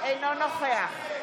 אינה נוכחת.